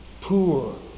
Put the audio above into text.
poor